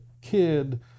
kid